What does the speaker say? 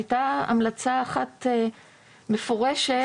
היתה המלצה אחת מפורשת,